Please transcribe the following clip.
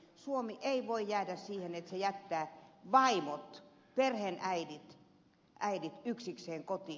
suomi ei voi jäädä siihen että se jättää vaimot perheenäidit yksikseen kotiin